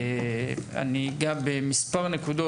אני אגע במספר נקודות.